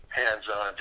hands-on